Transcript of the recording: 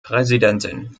präsidentin